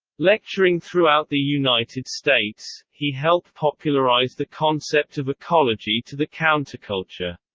lecturing throughout the united states, he helped popularize the concept of ecology to the counterculture.